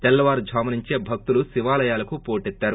తెల్లవారుజాము నుంచే భక్తులు శివాలయాలకు వోటెత్తారు